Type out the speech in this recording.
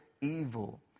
evil